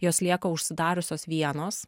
jos lieka užsidariusios vienos